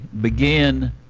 begin